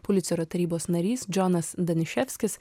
pulicerio tarybos narys džonas danišefskis